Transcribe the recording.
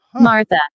Martha